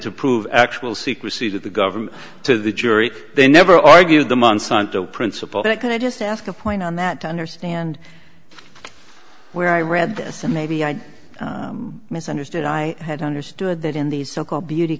to prove actual secrecy to the government to the jury they never argued the monsanto principle that could i just ask a point on that to understand where i read this and maybe i misunderstood i had understood that in these so called beauty